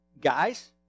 Guys